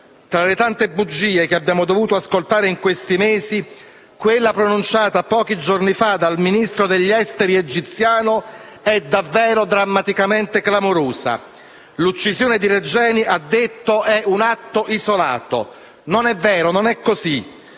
Tra le tante bugie che abbiamo dovuto ascoltare in questi mesi, quella pronunciata pochi giorni fa dal Ministro degli affari esteri egiziano è davvero drammaticamente clamorosa: l'uccisione di Regeni, ha detto, è un atto isolato. Non è vero; non è così.